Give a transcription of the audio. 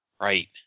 Right